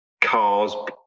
cars